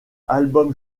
album